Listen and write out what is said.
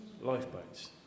lifeboats